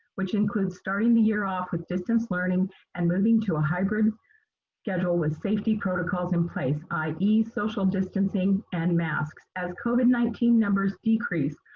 which includes starting the year off with distance learning and moving to a hybrid schedule with safety protocols in place, i e. social distancing and masks as covid nineteen numbers decrease.